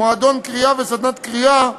מועדון קריאה וסדנת קריאה,